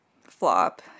flop